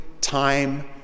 time